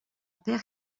père